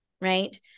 right